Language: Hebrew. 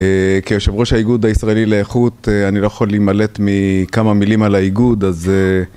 כיושב ראש האיגוד הישראלי לאיכות, אני לא יכול להימלט מכמה מילים על האיגוד, אז...